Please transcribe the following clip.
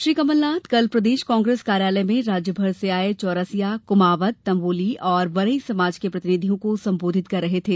श्री कमलनाथ कल प्रदेश कांग्रेस कार्यालय में राज्य भर से आये चौरसिया कुमावत तम्बोली और वरई समाज के प्रतिनिधियों को सम्बोधित कर रहे थे